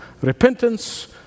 Repentance